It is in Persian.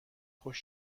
خوش